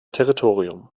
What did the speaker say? territorium